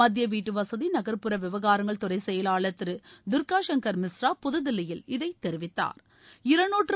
மத்திய வீட்டுவசதி நகர்ப்புற விவகாரங்கள் துறை செயலாளர் திரு தர்காசங்கள் மிஸ்ரா புதுதில்லியில் இதை தெிவித்தாா்